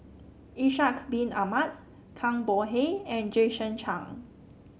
Ishak Bin Ahmad Zhang Bohe and Jason Chan